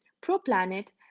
pro-planet